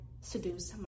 seduce